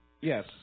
Yes